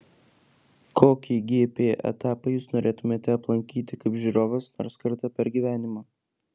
kokį gp etapą jūs norėtumėte aplankyti kaip žiūrovas nors kartą per gyvenimą